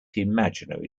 imaginary